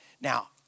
Now